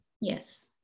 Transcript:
Yes